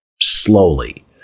slowly